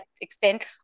extent